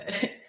good